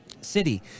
city